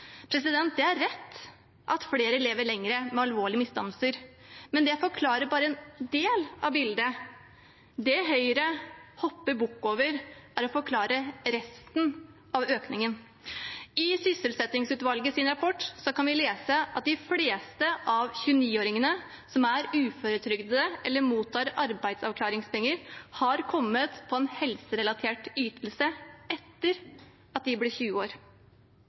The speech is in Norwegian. Det er rett at flere lever lenger med alvorlige misdannelser, men det forklarer bare en del av bildet. Det Høyre hopper bukk over, er å forklare resten av økningen. I sysselsettingsutvalgets rapport kan vi lese at «de fleste av 29-åringene som er uføretrygdet eller mottar arbeidsavklaringspenger, har likevel kommet på en helserelatert ytelse etter at de ble 20».